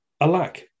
alack